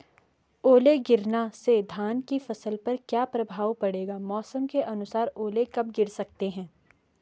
ओले गिरना से धान की फसल पर क्या प्रभाव पड़ेगा मौसम के अनुसार ओले कब गिर सकते हैं?